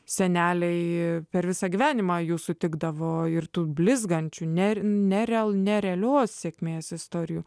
seneliai per visą gyvenimą jų sutikdavo ir tų blizgančių net nereal nerealių sėkmės istorijų